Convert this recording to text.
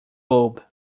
bulb